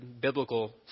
biblical